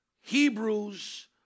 Hebrews